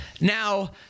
Now